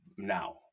now